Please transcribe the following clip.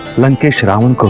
lanka. sure, um and